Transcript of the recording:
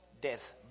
death